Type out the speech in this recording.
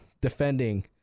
defending